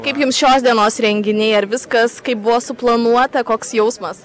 kaip jums šios dienos renginiai ar viskas kaip buvo suplanuota koks jausmas